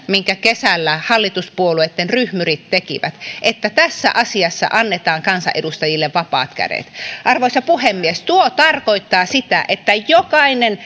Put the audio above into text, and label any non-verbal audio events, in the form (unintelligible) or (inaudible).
(unintelligible) minkä kesällä hallituspuolueitten ryhmyrit tekivät että tässä asiassa annetaan kansanedustajille vapaat kädet arvoisa puhemies tuo tarkoittaa sitä että jokainen (unintelligible)